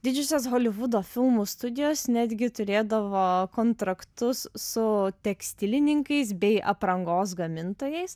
didžiosios holivudo filmų studijos netgi turėdavo kontraktus su tekstilininkais bei aprangos gamintojais